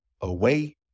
away